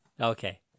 Okay